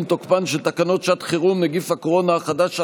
תוקפן של תקנות שעת חירום (נגיף הקורונה החדש,